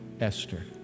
Esther